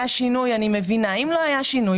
היה שינוי אני מבינה אבל אם לא היה שינוי,